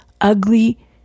ugly